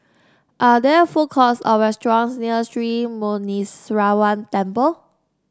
are there food courts or restaurants near Sri Muneeswaran Temple